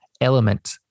element